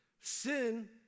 Sin